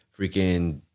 freaking